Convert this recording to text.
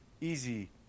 easy